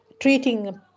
treating